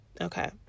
okay